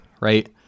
right